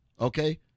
Okay